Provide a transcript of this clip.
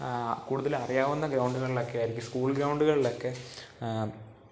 കൂടുതൽ അറിയാവുന്ന ഗ്രൗണ്ടുകളിലൊക്കെ ആയിരിക്കും സ്കൂൾ ഗ്രൗണ്ടുകളിലൊക്കെ